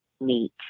meet